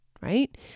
right